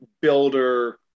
builder